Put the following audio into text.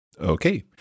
Okay